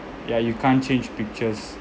yeah you can't change pictures